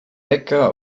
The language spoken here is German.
wecker